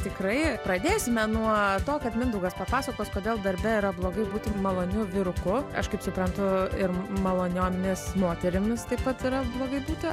tikrai pradėsime nuo to kad mindaugas papasakos kodėl darbe yra blogai būti maloniu vyruku aš kaip suprantu ir maloniomis moterimis taip pat yra blogai būti